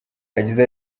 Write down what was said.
yagize